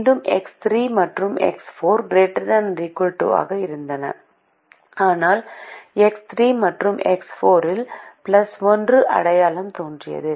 மீண்டும் எக்ஸ் 3 மற்றும் எக்ஸ் 4 ≥0 ஆக இருந்தன ஆனால் எக்ஸ் 3 மற்றும் எக்ஸ் 4 இல் 1 அடையாளம் தோன்றியது